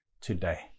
today